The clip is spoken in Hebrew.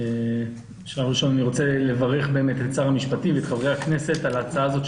אני רוצה לברך את שר המשפטים ואת חברי הכנסת על ההצעה הזאת,